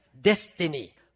destiny